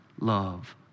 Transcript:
love